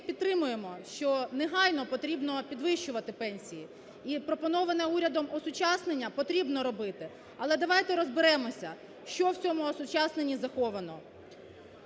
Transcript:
що негайно потрібно підвищувати пенсії. І пропоноване урядом осучаснення потрібно робити, але давайте розберемося, що в цьому осучасненні заховано.